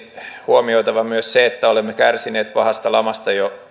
huomioitava myös se että olemme kärsineet pahasta lamasta jo